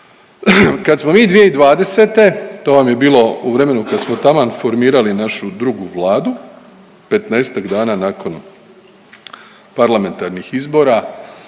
Kad smo mi 2020. to vam je bilo u vremenu kad smo taman formirali našu drugu Vladu, 15-ak dana nakon parlamentarnih izbora